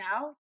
now